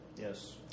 Yes